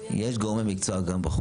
ולכן מאוד מאוד